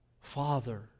father